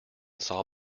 saw